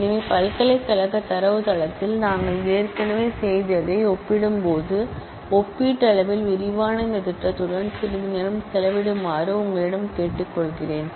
எனவே பல்கலைக்கழக டேட்டாபேஸ் ல் நாங்கள் ஏற்கனவே செய்ததை ஒப்பிடும்போது பெரிய இந்த ஸ்கீமா உடன் சிறிது நேரம் செலவிடுமாறு நான் உங்களிடம் கேட்டுக்கொள்கிறேன்